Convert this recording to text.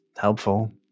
helpful